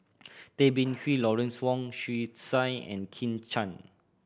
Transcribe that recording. Tay Bin Wee Lawrence Wong Shyun Tsai and Kit Chan